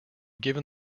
given